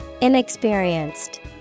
Inexperienced